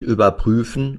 überprüfen